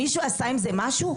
מישהו עשה עם זה משהו?